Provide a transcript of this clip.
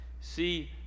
see